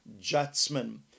judgment